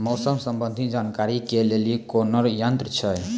मौसम संबंधी जानकारी ले के लिए कोनोर यन्त्र छ?